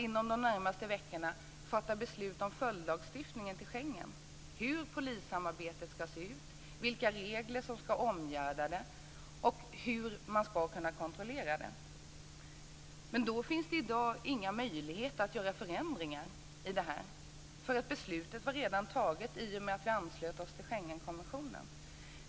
Inom de närmaste veckorna kommer vi att fatta beslut om följdlagstiftningen till Schengen, hur polissamarbetet ska se ut, vilka regler som ska omgärda det och hur man ska kunna kontrollera det. Men i dag finns ingen möjlighet att göra förändringar, för beslutet är redan fattat i och med att vi anslöt oss till Schengenkonventionen.